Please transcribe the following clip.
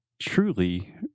truly